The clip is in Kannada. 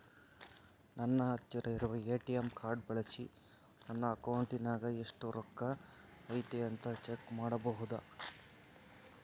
ನನ್ನ ಹತ್ತಿರ ಇರುವ ಎ.ಟಿ.ಎಂ ಕಾರ್ಡ್ ಬಳಿಸಿ ನನ್ನ ಅಕೌಂಟಿನಾಗ ಎಷ್ಟು ರೊಕ್ಕ ಐತಿ ಅಂತಾ ಚೆಕ್ ಮಾಡಬಹುದಾ?